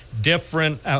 different